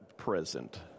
present